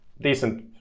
decent